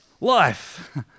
life